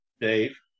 Dave